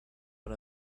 but